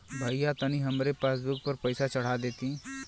भईया तनि हमरे पासबुक पर पैसा चढ़ा देती